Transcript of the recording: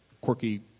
quirky